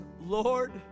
Lord